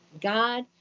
God